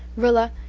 rilla,